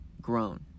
grown